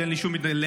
אין לי שום התנגדות,